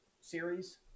series